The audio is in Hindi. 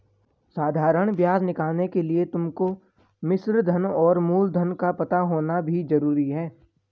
साधारण ब्याज निकालने के लिए तुमको मिश्रधन और मूलधन का पता होना भी जरूरी है